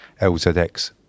LZX